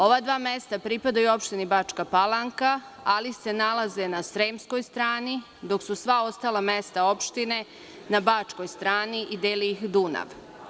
Ova dva mesta pripadaju opštini Bačka Palanka, ali se nalaze na Sremskoj strani, dok su sva ostala mesta opštine na Bačkoj strani i deli ih Dunav.